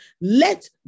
Let